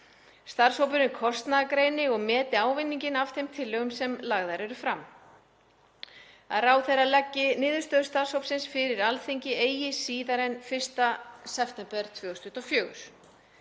Starfshópurinn kostnaðargreini og meti ávinning af þeim tillögum sem lagðar eru fram. Ráðherra leggi niðurstöður starfshópsins fyrir Alþingi eigi síðar en 1. september 2024.“